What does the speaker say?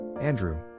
Andrew